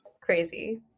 crazy